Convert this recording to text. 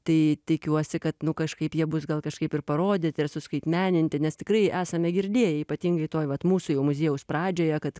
tai tikiuosi kad nu kažkaip jie bus gal kažkaip ir parodyti ar suskaitmeninti nes tikrai esame girdėję ypatingai toj vat mūsų jau muziejaus pradžioje kad